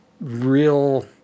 real